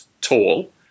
tall